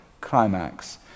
climax